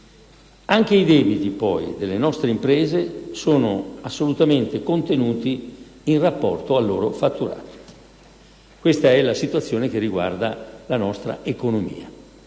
Anche i debiti delle nostre imprese sono assolutamente contenuti in rapporto al loro fatturato. Questa è la situazione che riguarda la nostra economia.